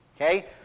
Okay